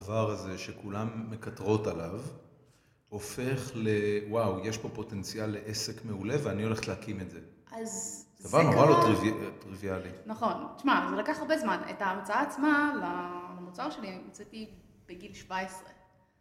הדבר הזה שכולם מקטרות עליו, הופך לוואו יש פה פוטנציאל לעסק מעולה ואני הולך להקים את זה, זה דבר נורא לא טריוויאלי. נכון, תשמע זה לקח הרבה זמן, את ההמצאה עצמה למוצר שלי המצאתי בגיל 17.